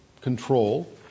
control